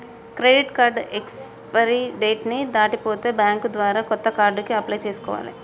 credit card expiry date ని దాటిపోతే bank ద్వారా కొత్త కార్డుకి అప్లై చేసుకోవాలే